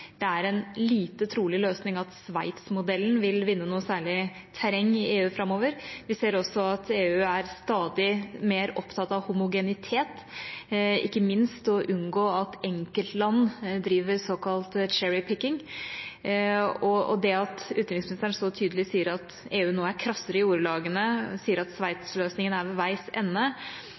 det er en lite trolig løsning at Sveits-modellen vil vinne noe særlig terreng i EU framover. Vi ser også at EU er stadig mer opptatt av homogenitet, og ikke minst opptatt av å unngå at enkeltland driver såkalt «cherry picking». At utenriksministeren så tydelig sier at EU nå er krassere i ordbruken og at Sveits-løsningen er ved veis ende,